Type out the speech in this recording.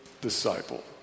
disciple